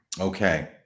Okay